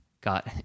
got